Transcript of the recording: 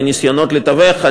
בניסיונות לתווך.